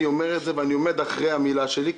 אני עומד מאחורי המילה שלי,